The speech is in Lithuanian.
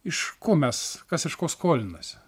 iš ko mes kas iš ko skolinasi